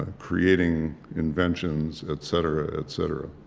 ah creating inventions, et cetera, et et cetera